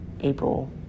April